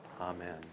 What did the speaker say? Amen